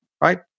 right